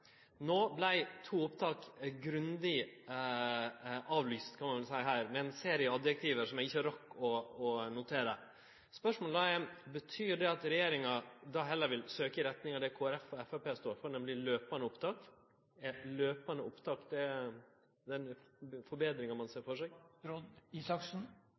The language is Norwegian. to opptak grundig avlyste, kan ein vel seie – med ein serie adjektiv som eg ikkje rakk å notere. Spørsmålet er då: Betyr det at regjeringa heller vil søkje i retning av det Kristeleg Folkeparti og Framstegspartiet står for, nemleg løpande opptak? Er løpande opptak den betringa ein